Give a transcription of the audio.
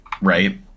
right